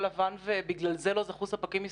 לבן ובגלל זה לא זכו ספקים ישראלים?